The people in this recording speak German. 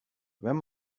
wenn